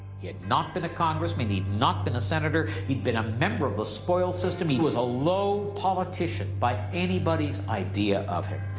he had not been a congressman he had not been a senator. he'd been a member of the spoils system. he was a low politician by anybody's idea of it.